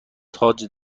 تاج